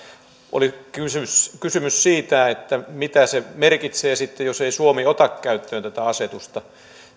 oli kysymys siitä mitä se merkitsee sitten jos suomi ei ota käyttöön tätä asetusta